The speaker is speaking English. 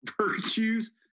virtues